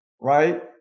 right